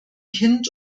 kind